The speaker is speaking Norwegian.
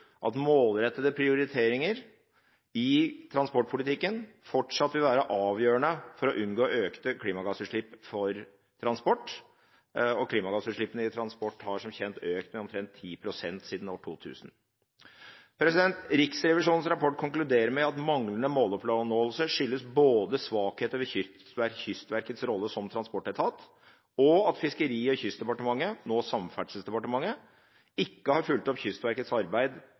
at målrettede prioriteringer i transportpolitikken fortsatt vil være avgjørende for å unngå økte klimagassutslipp fra transport. Klimagassutslippene fra transport har som kjent økt med omtrent 10 pst. siden år 2000. Riksrevisjonens rapport konkluderer med at manglende måloppnåelse skyldes både svakheter ved Kystverkets rolle som transportetat, og at Fiskeri- og kystdepartementet, nå Samferdselsdepartementet, ikke har fulgt opp Kystverkets arbeid